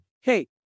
hey